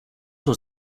was